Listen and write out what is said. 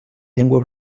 llengua